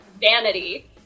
vanity